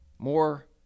more